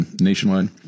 nationwide